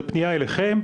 זה פנייה אליכם,